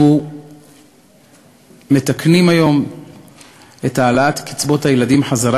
אנחנו מתקנים היום את העלאת קצבאות הילדים בחזרה